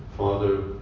father